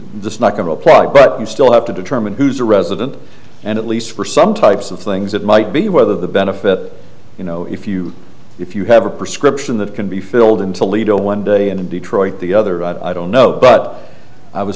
it's not going to apply but you still have to determine who's a resident and at least for some types of things that might be whether the benefit you know if you if you have a prescription that can be filled in toledo one day and detroit the other i don't know but i was